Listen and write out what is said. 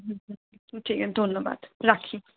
ধন্যবাদ রাখি